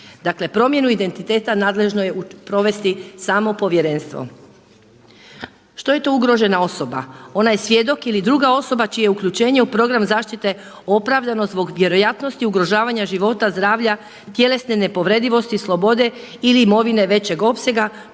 Dakle promjenu identiteta nadležno je provesti samo povjerenstvo. Što je to ugrožena osoba? Ona je svjedok ili druga osoba čije uključenje u program zaštite opravdano zbog vjerojatnosti ugrožavanja života, zdravlja, tjelesne nepovredivosti, slobode ili imovine većeg opsega